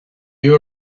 you